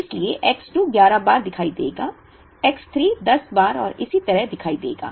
इसलिए X 2 11 बार दिखाई देगा X 3 10 बार और इसी तरह दिखाई देगा